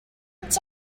each